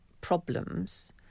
problems